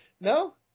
No